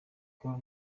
col